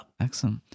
excellent